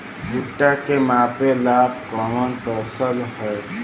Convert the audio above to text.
भूट्टा के मापे ला कवन फसल ह?